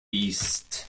east